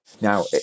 Now